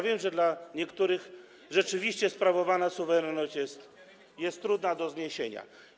Wiem, że dla niektórych rzeczywiście sprawowana suwerenność jest trudna do zniesienia.